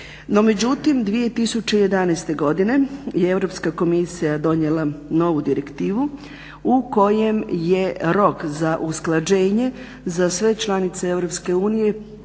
međutim, 2011. godine je Europska komisija donijela novu direktivu u kojoj je rok za usklađenje za sve članice